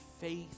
faith